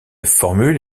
formule